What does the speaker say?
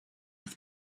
have